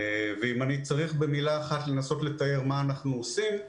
ואם אני צריך לנסות לתאר במילה אחת את מה שאנחנו עושים,